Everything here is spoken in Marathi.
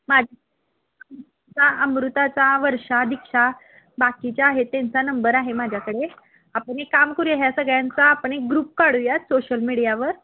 मा अमृताचा वर्षा दीक्षा बाकीच्या आहे त्यांचा नंबर आहे माझ्याकडे आपण एक काम करूया ह्या सगळ्यांचा आपण एक ग्रुप काढूया सोशल मीडियावर